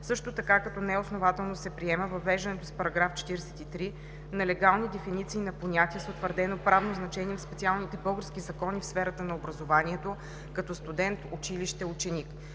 Също така като неоснователно се приема въвеждането с § 43 на легални дефиниции на понятия с утвърдено правно значение в специалните български закони в сферата на образованието като „студент“, „училище“, „ученик“.